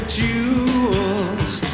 jewels